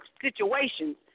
situations